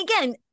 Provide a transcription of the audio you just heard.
again